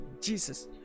Jesus